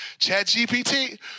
ChatGPT